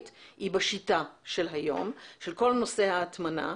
היא בשיטה היום של כל נושא ההטמנה,